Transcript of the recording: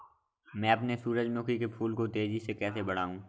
मैं अपने सूरजमुखी के फूल को तेजी से कैसे बढाऊं?